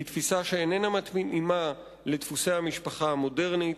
היא תפיסה שאיננה מתאימה לדפוסי המשפחה המודרנית,